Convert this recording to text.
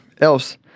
else